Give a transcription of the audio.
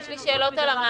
יש לי שאלות על המענק.